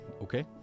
okay